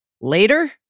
Later